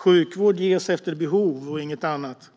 Sjukvård ges efter behov och inget annat.